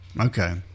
Okay